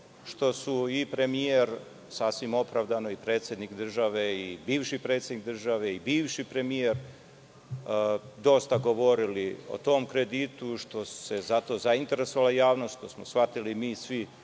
što su i premijer, sasvim opravdano, i predsednik države i bivši predsednik države i bivši premijer dosta govorili o tom kreditu, što se za to zainteresovala javnost, što smo shvatili svi